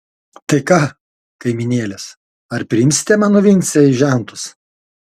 tai ką kaimynėlės ar priimsite mano vincę į žentus